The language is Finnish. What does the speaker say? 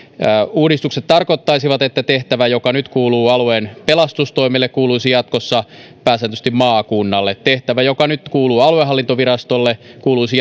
uudistukset tarkoittaisivat että tehtävä joka nyt kuuluu alueen pelastustoimelle kuuluisi jatkossa pääsääntöisesti maakunnalle ja tehtävä joka nyt kuuluu aluehallintovirastolle kuuluisi